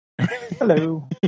Hello